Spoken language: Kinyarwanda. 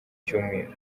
cyumweru